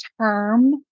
term